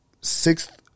Sixth